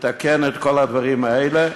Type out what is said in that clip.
יתקן את כל הדברים האלה,